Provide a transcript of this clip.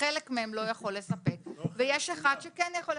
שחלק מהם לא יכול לספק ויש אחד שכן יכול לספק.